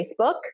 facebook